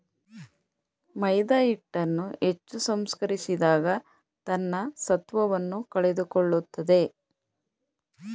ಮೈದಾಹಿಟ್ಟನ್ನು ಹೆಚ್ಚು ಸಂಸ್ಕರಿಸಿದಾಗ ತನ್ನ ಸತ್ವವನ್ನು ಕಳೆದುಕೊಳ್ಳುತ್ತದೆ